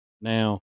Now